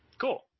Cool